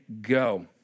Go